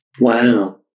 wow